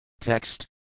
Text